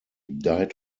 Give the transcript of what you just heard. died